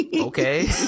Okay